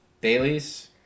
Bailey's